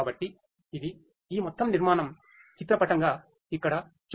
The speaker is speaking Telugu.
కాబట్టి ఇది ఈ మొత్తం నిర్మాణం చిత్రపటంగా ఇక్కడ చూపబడింది